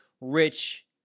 rich